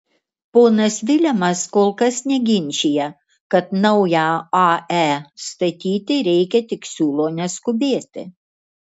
ponas vilemas kol kas neginčija kad naują ae statyti reikia tik siūlo neskubėti